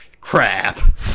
Crap